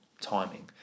timing